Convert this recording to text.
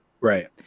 Right